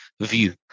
view